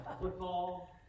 Football